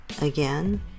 Again